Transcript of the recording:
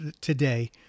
today